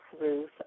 Ruth